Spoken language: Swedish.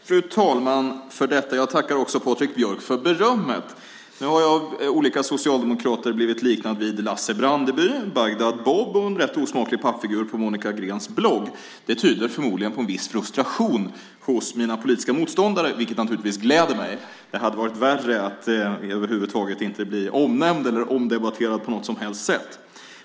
Fru talman! Jag tackar Patrik Björck för berömmet. Nu har jag av olika socialdemokrater blivit liknad vid Lasse Brandeby, Bagdad Bob och en rätt osmaklig pappfigur på Monica Greens blogg. Det tyder förmodligen på viss frustration hos mina politiska motståndare, vilket naturligtvis gläder mig. Det hade varit värre att över huvud taget inte bli omnämnd eller omdebatterad på något som helst sätt.